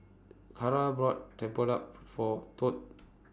Cara bought Tempoyak For Tod